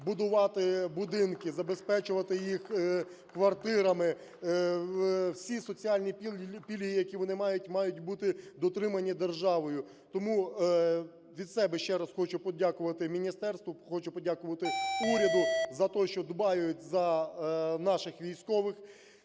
будувати будинки, забезпечувати їх квартирами, всі соціальні пільги, які вони мають, мають бути дотримані державою. Тому від себе ще раз хочу подякувати міністерству, хочу подякувати уряду за те, що дбають за наших військових.